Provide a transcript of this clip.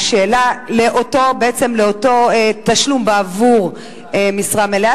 לאותו תשלום בעבור משרה מלאה.